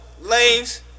Lanes